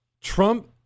Trump